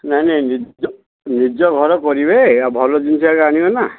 ନାଇଁ ନାଇଁ ନିଜ ନିଜ ଘର କରିବେ ଆଉ ଭଲ ଜିନିଷ ଏକା ଆଣିବେ ନା